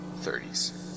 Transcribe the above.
thirties